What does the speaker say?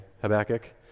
Habakkuk